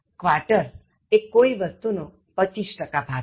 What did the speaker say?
" Quarter" એ કોઇ વસ્તુંનો પચીસ ટકા ભાગ છે